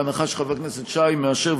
בהנחה שחבר הכנסת שי מאשר,